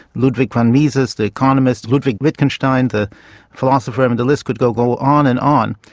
ludwig von mises the economist, ludwig wittgenstein the philosopher, and the list could go go on and on.